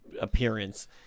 appearance